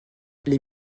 les